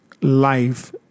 Life